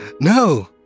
No